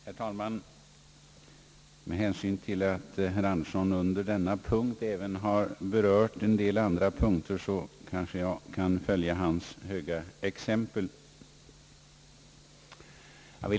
Herr talman! Med hänsyn till att herr Axel Andersson under denna punkt även har berört en del andra punkter, kanske jag kan följa hans höga exempel.